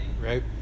Right